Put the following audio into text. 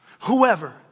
whoever